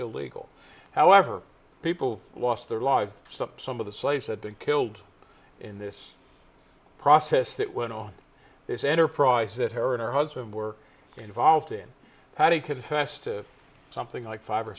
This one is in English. illegal however people lost their lives so some of the slaves had been killed in this process that went on this enterprise that her and her husband were involved in petty could have asked to something like five or